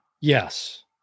yes